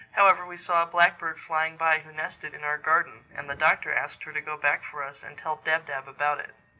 however, we saw a blackbird flying by who nested in our garden, and the doctor asked her to go back for us and tell dab-dab about it.